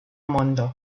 mondo